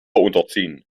unterziehen